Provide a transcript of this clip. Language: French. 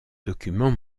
document